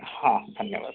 ହଁ ଧନ୍ୟବାଦ